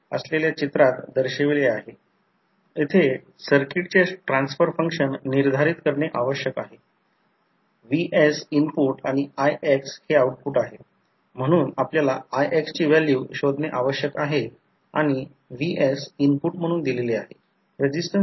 audio frequency ट्रान्सफॉर्मरसाठी काही millivolt अँपिअरपासून 20 व्होल्ट अँपिअरपेक्षा जास्त नाही आणि सुमारे 15 किलोहर्ट्झ पर्यंतच्या फ्रिक्वेन्सीवर ऑपरेट करण्यासाठी लहान कोर देखील laminated silicon steel application audio amplifier सिस्टमचा बनलेला आहे